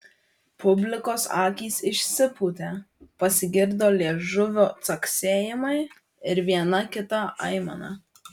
publikos akys išsipūtė pasigirdo liežuvio caksėjimai ir viena kita aimana